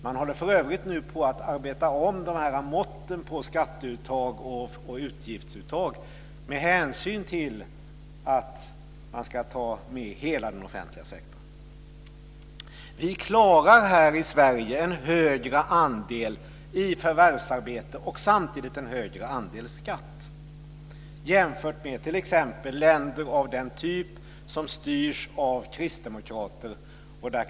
Man håller för övrigt nu på att arbeta om måtten på skatteuttag och utgiftsuttag med hänsyn till att man ska ta med hela den offentliga sektorn. Vi här i Sverige klarar en högre andel i förvärvsarbete och samtidigt en högre andel skatt, jämfört med t.ex. länder av den typ som styrs av kristdemokrater.